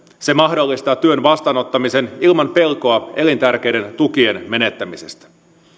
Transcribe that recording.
se mahdollistaa työn vastaanottamisen ilman pelkoa elintärkeiden tukien menettämisestä